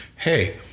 hey